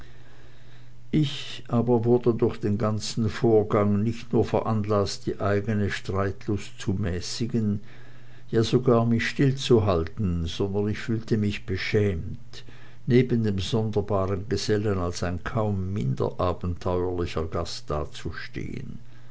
ich aber wurde durch den ganzen vorgang nicht nur veranlaßt die eigene streitlust zu mäßigen ja sogar mich stillzuhalten sondern ich fühlte mich beschämt neben dem sonderbaren gesellen als ein kaum minder abenteuerlicher gast dazustehen